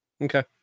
okay